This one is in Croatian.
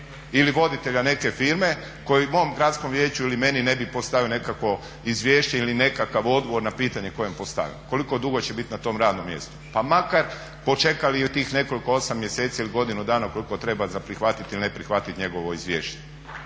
ili voditelja neke firme koji mom gradskom vijeću ili meni ne bi postavio nekakvo izvješće ili nekakav odgovor na pitanje koje mu postavim, koliko dugo će biti na tom radnom mjestu pa makar počekali od tih nekoliko 8 mjeseci ili godinu dana koliko treba za prihvatiti ili ne prihvatiti njegovo izvješće.